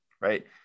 right